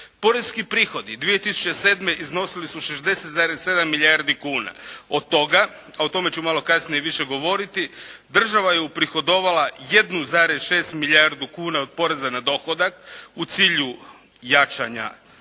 poreski prihodi 2007 iznosili su 60,7 milijardi kuna, od toga o tome ću malo kasnije više govoriti država je uprihodovala 1,6 milijardu kuna od poreza na dohodak u cilju jačanja